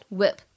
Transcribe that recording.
whip